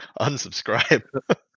unsubscribe